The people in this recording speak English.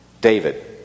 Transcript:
David